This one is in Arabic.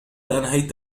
أنهيت